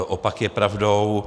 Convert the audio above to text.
Opak je pravdou.